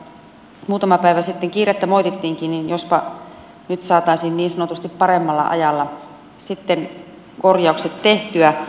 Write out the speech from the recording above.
ja vaikka muutama päivä sitten kiirettä moitittiinkin niin jospa nyt saataisiin niin sanotusti paremmalla ajalla sitten korjaukset tehtyä